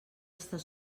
estar